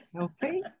Okay